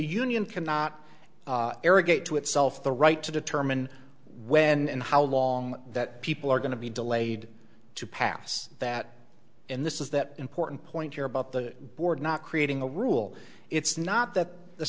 union cannot get to itself the right to determine when and how long that people are going to be delayed to pass that in this is that important point here about the board not creating a rule it's not that the